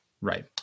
Right